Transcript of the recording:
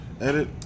Edit